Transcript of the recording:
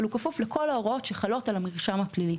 אבל הוא כפוף לכל ההוראות שחלות על המרשם הפלילי.